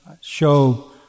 show